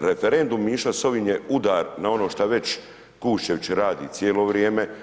referendum je išao s ovim je udar na ono što već Kuščević radi cijelo vrijeme.